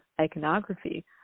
iconography